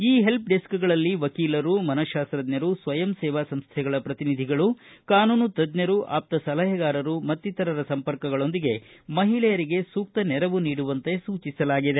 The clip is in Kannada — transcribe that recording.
ಈ ಹೆಲ್ಪ್ ಡೆಸ್ಕ್ ಗಳಲ್ಲಿ ವಕೀಲರು ಮನಃತಾಸ್ತಜ್ಞರು ಸ್ವಯಂ ಸೇವಾ ಸಂಸ್ಥೆಗಳ ಪ್ರತಿನಿಧಿಗಳು ಕಾನೂನು ತಜ್ಞರು ಆಪ್ತ ಸಲಹೆಗಾರರು ಮತ್ತಿತರರ ಸಂಪರ್ಕಗಳೊಂದಿಗೆ ಮಹಿಳೆಯರಿಗೆ ಸೂಕ್ತ ನೆರವು ನೀಡುವಂತೆ ಸೂಚಿಸಲಾಗಿದೆ